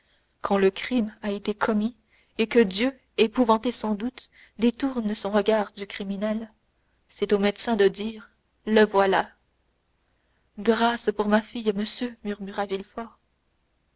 quand le crime a été commis et que dieu épouvanté sans doute détourne son regard du criminel c'est au médecin de dire le voilà grâce pour ma fille monsieur murmura